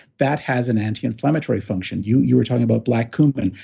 that has an anti-inflammatory function. you you were talking about black cumin,